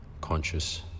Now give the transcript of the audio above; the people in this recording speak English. conscious